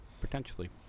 Potentially